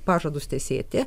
pažadus tesėti